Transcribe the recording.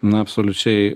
na absoliučiai